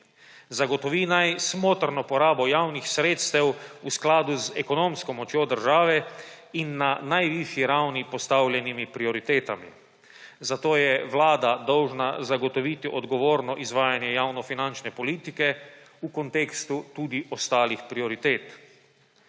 Zagotovi naj smotrno porabo javnih sredstev v skladu z ekonomsko močjo države in na najvišji ravni postavljenimi prioritetami. Zato je vlada dolžna zagotoviti odgovorno izvajanje javnofinančne politike v kontekstu tudi ostalih prioritet.